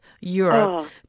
Europe